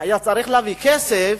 והיה צריך להביא כסף,